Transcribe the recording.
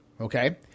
Okay